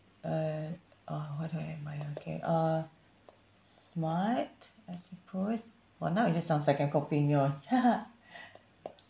uh uh what do I admire okay uh smart I suppose !wah! now it just sounds like I'm copying yours